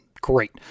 great